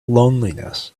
loneliness